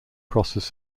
crosses